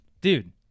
Dude